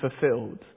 fulfilled